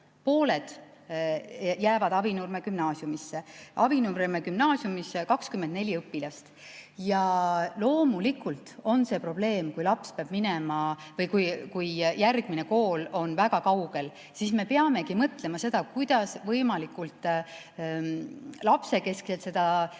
Pooled jäävad Avinurme Gümnaasiumisse. Avinurme Gümnaasiumis on 24 õpilast. Ja loomulikult on see probleem, kui järgmine kool on väga kaugel. Siis me peamegi mõtlema, kuidas võimalikult lapsekeskselt seda